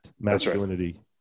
masculinity